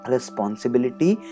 Responsibility